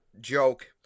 joke